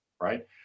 right